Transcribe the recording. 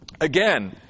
again